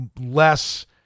less